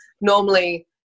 normally